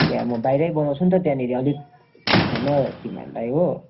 त्यहाँ म बाहिरै बनाउँछु नि त त्यहाँनिर अलिक थाहा छैन तिमीहरूलाई हो